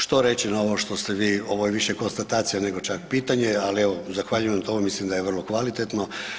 Što reći na ovo što ste vi, ovo je više konstatacija nego čak pitanje, ali evo zahvaljujem, to mislim da je vrlo kvalitetno.